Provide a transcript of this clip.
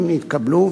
אם נתקבלו,